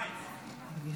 שווייץ.